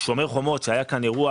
"שומר חומות", שהיה כאן אירוע